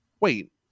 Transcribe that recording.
Wait